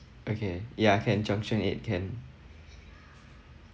okay ya can junction eight can